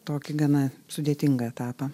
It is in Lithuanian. tokį gana sudėtingą etapą